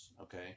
okay